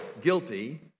guilty